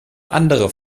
andere